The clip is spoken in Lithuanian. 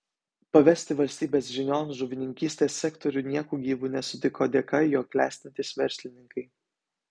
pavesti valstybės žinion žuvininkystės sektorių nieku gyvu nesutiko dėka jo klestintys verslininkai